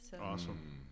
Awesome